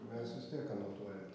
mes vis tiek anotuojam